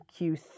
Q3